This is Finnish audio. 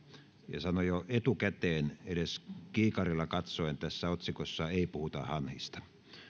ja sanon jo etukäteen edes kiikarilla katsoen tässä otsikossa ei puhuta hanhista